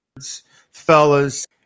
fellas